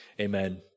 Amen